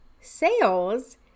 sales